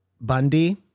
Bundy